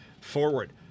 forward